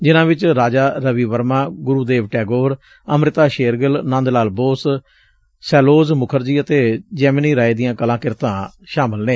ਜਿਨਾਂ ਵਿਚ ਰਾਜਾ ਰਵੀ ਵਰਮਾ ਗੁਰੁ ਦੇਵ ਟੈਗੋਰ ਅਮ੍ਰਿਤਾ ਸ਼ੇਰਗਿੱਲ ਨੰਦਲਾਲ ਬੋਸ ਸੈਲੋਜ਼ ਮੁਖਰਜੀ ਅਤੇ ਜੈਮਿਨੀ ਰਾਏ ਦੀਆਂ ਕਲਾ ਕ੍ਰਿਤਾਂ ਸ਼ਾਮਲ ਨੇ